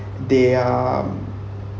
they are um